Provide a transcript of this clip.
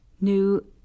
new